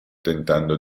tentando